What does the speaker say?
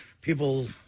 people